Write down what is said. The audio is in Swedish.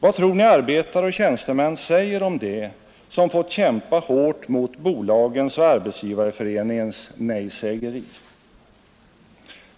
Vad tror ni arbetare och tjänstemän säger om det, som fått kämpa hårt mot bolagens och Arbetsgivareföreningens nejsägeri?